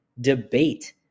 debate